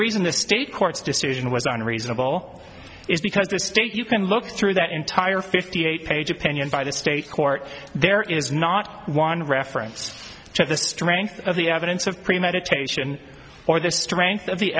reason the state court's decision was unreasonable is because this state you can look through that entire fifty eight page opinion by the state court there is not one of reference to the strength of the evidence of premeditation or the strength of the